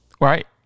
Right